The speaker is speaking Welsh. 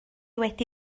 wedi